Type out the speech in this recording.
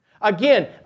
Again